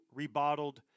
Rebottled